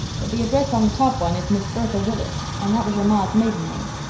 but the address on the top one is miss bertha willis and that was your ma's maiden name.